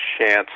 chance